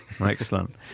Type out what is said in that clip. Excellent